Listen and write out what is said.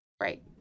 Right